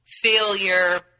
failure